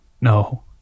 No